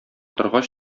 торгач